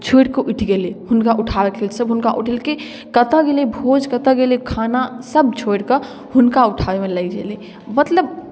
छोड़ि कऽ उठि गेलै हुनका उठाबैके लेल सभ हुनका उठेलकै कतय गेलै भोज कतय गेलै खाना सभ छोड़ि कऽ हुनका उठाबैमे लागि गेलै मतलब